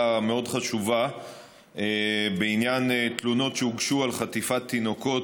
מאוד חשובה בעניין תלונות שהוגשו על חטיפת תינוקות,